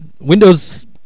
Windows